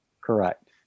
Correct